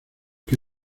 que